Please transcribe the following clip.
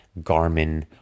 Garmin